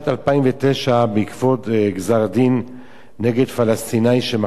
בעקבות גזר-דין נגד פלסטיני שמכר אדמות ליהודים,